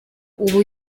ubu